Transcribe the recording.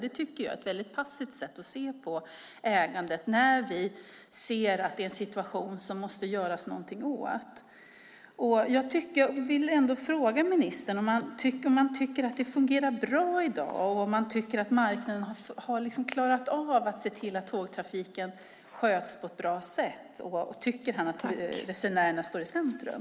Det tycker jag är ett väldigt passivt sätt att se på ägandet när vi ser att det är en situation som man måste göra någonting åt. Jag vill fråga ministern om han tycker att det fungerar bra i dag och om man han tycker att marknaden har klarat av att se till att tågtrafiken sköts på ett bra sätt. Tycker han att resenärerna står i centrum?